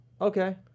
Okay